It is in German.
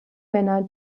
männer